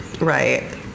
right